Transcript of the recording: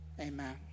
Amen